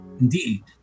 Indeed